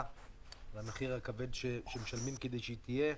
ועל המחיר הכבד שמשלמים כדי שהיא תהיה.